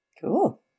Cool